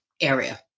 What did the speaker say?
area